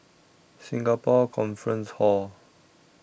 Singapore Conference Hall